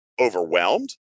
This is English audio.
overwhelmed